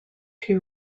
two